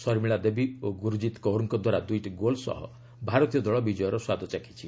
ଶର୍ମିଳା ଦେବୀ ଓ ଗ୍ରରଜିତ୍ କୌରଙ୍କ ଦ୍ୱାରା ଦୂଇଟି ଗୋଲ୍ ସହ ଭାରତୀୟ ଦଳ ବିଜୟର ସ୍ୱାଦ ଚାଖିଛି